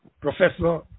Professor